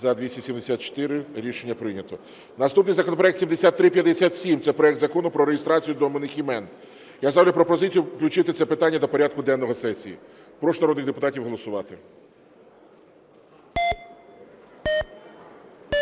За-274 Рішення прийнято. Наступний законопроект 7357. Це проект Закону про реєстрацію доменних імен. Я ставлю пропозицію включити це питання до порядку денного сесії. Прошу народних депутатів голосувати.